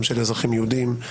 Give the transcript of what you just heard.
גם של אזרחים יהודים,